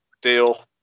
deal